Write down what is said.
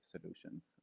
solutions